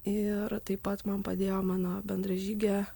ir taip pat man padėjo mano bendražygė